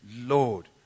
Lord